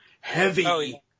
heavy